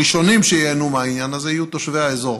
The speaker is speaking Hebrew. הראשונים שייהנו מהעניין הזה יהיו תושבי האזור,